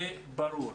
זה ברור.